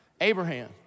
Abraham